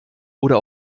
oder